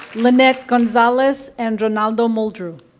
lynette gonzales and rinaldo moldrew.